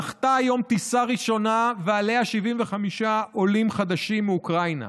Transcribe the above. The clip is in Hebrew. נחתה היום טיסה ראשונה ועליה 75 עולים חדשים מאוקראינה,